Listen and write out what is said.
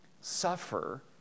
suffer